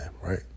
right